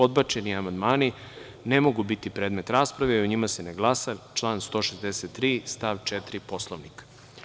Odbačeni amandmani ne mogu biti predmet rasprave i o njima se ne glasa (član 163. stav 4. Poslovnika)